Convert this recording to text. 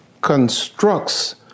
constructs